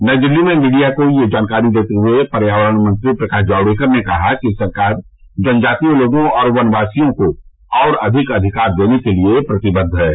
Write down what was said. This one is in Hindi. नई दिल्ली में मीडिया को जानकारी देते हुए पर्यावरण मंत्री प्रकाश जावड़ेकर ने कहा कि सरकार जनजातीय लोगों और वनवासियों को और अधिक अधिकार देने के लिए प्रतिबद्व है